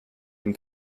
dem